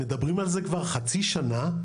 מדברים על זה כבר חצי שנה,